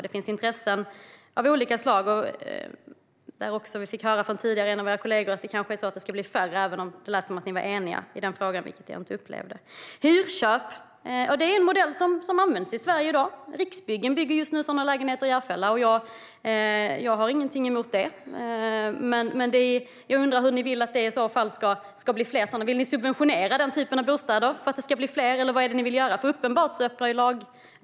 Det finns intressen av olika slag. Vi fick tidigare höra från en av våra kollegor att de kan komma att bli färre även om ni ville låta som om ni var eniga i den frågan; jag upplevde det inte så. Hyrköp är en modell som används i Sverige i dag. Riksbyggen bygger just nu sådana lägenheter i Järfälla. Jag har ingenting emot det. Men jag undrar hur ni vill att de ska bli fler. Vill ni subventionera den typen av bostäder, eller vad är det ni vill göra?